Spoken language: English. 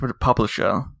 publisher